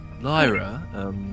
Lyra